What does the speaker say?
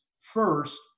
first